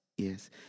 Yes